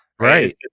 Right